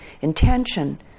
intention